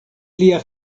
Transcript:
lia